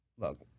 look